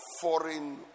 foreign